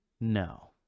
No